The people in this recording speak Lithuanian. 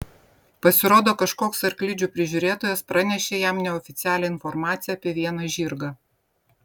pasirodo kažkoks arklidžių prižiūrėtojas pranešė jam neoficialią informaciją apie vieną žirgą